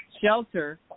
shelter